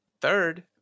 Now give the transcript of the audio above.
Third